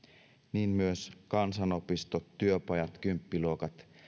niin myös kansanopistot työpajat kymppiluokat